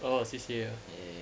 oh C_C_A uh